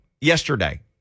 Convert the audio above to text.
Yesterday